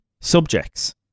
subjects